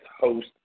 host